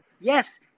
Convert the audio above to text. yes